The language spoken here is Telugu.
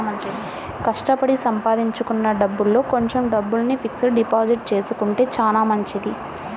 కష్టపడి సంపాదించుకున్న డబ్బుల్లో కొంచెం డబ్బుల్ని ఫిక్స్డ్ డిపాజిట్ చేసుకుంటే చానా మంచిది